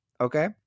Okay